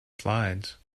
slides